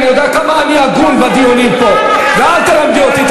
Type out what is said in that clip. גזלנים, קולוניאליסטים.